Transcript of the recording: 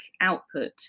output